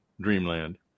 Dreamland